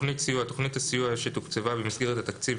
"תכנית סיוע" - תכנית הסיוע שתוקצבה במסגרת התקציב